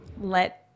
let